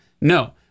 No